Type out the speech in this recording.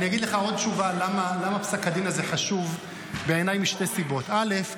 אגיד לך עוד תשובה למה פסק דין הזה חשוב בעיניי משתי סיבות: א.